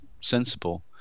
sensible